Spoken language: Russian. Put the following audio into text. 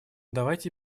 давайте